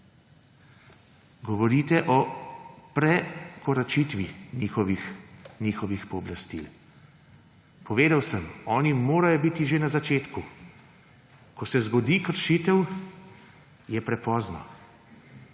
Govorite o prekoračitvi njihovih pooblastil. Povedal sem, da oni morajo biti že na začetku. Ko se zgodi kršitev, je prepozno.